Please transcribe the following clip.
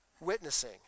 witnessing